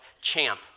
Champ